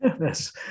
Yes